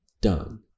done